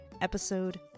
episode